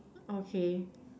okay